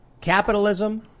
Capitalism